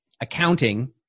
accounting